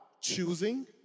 choosing